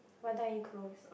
what time are you close